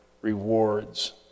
rewards